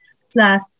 slash